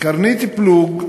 קרנית פלוג,